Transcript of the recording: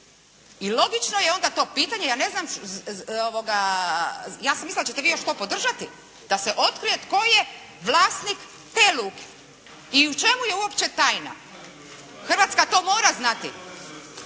I logično je onda to pitanje. Ja ne znam, ja sam mislila da ćete vi to još podržati, da se otkrije tko je vlasnik te luke. I u čemu je uopće tajna? Hrvatska to mora znati.